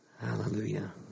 Hallelujah